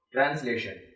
Translation